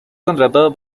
contratado